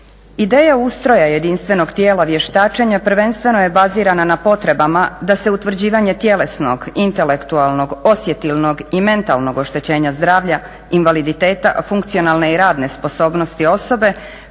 Ideja ustroja jedinstvenog tijela vještačenja prvenstveno je bazirana na potrebama da se utvrđivanje tjelesnog, intelektualnog, osjetilnog i mentalnog oštećenja zdravlja, invaliditeta, funkcionalne i radne sposobnosti osobe